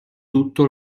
tutto